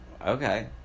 Okay